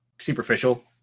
superficial